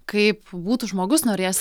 kaip būtų žmogus norėjęs